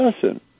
person